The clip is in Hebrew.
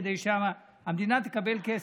כדי שהמדינה תקבל כסף.